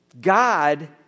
God